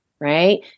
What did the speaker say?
right